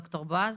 ד"ר בועז.